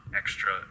extra